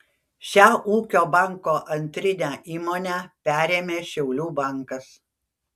šią ūkio banko antrinę įmonę perėmė šiaulių bankas